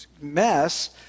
mess